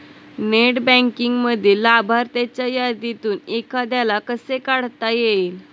Net बँकिंगमधील लाभार्थ्यांच्या यादीतून एखाद्याला कसे काढता येईल?